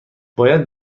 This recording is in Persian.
باید